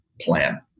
plan